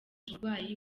umurwayi